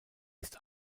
ist